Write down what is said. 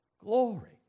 Glory